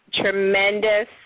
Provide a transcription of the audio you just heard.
tremendous